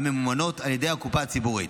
הממומנות על ידי הקופה הציבורית.